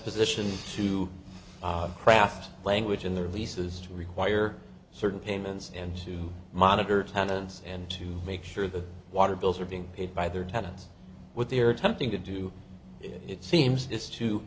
position to craft language in their leases to require certain payments and to monitor tenants and to make sure the water bills are being paid by their tenants with their attempting to do it seems is to